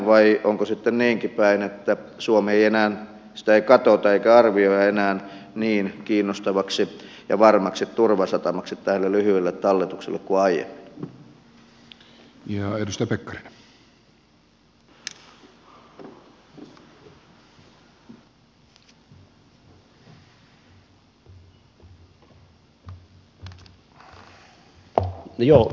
vai onko sitten niinkin päin että suomea ei katsota eikä arvioida enää niin kiinnostavaksi ja varmaksi turvasatamaksi lyhyelle talletukselle kuin aiemmin